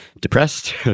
Depressed